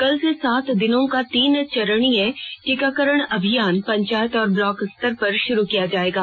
कल से सात दिनों का तीन चरणीय टीकाकरण अभियान पंचायत और ब्लॉक स्तर पर शुरू किया जाएगा